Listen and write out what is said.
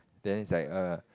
then he's like err